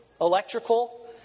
electrical